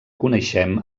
coneixem